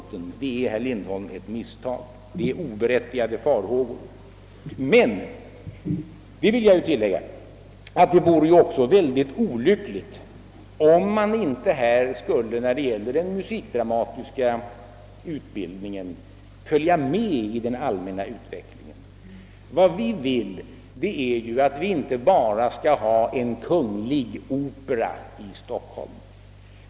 Det rör sig alltså, herr Lindholm, om ett misstag och oberättigade farhågor. Det vore emellertid också — det vill jag tillägga — mycket olyckligt, om den musikdramatiska = utbildningen inte skulle följa med i den allmänna utvecklingen. Vad vi önskar är att det inte bara skall finnas en kunglig opera i Stockholm.